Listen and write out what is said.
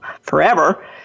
forever